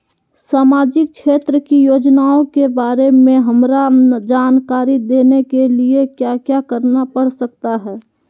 सामाजिक क्षेत्र की योजनाओं के बारे में हमरा जानकारी देने के लिए क्या क्या करना पड़ सकता है?